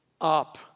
up